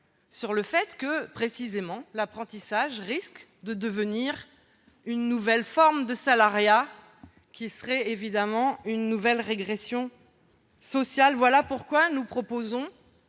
sur le fait que l'apprentissage risque de devenir une nouvelle forme de salariat. Cela serait évidemment une nouvelle régression sociale. Voilà pourquoi nous proposons,